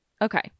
okay